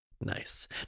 Nice